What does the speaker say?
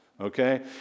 Okay